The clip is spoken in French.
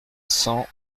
cent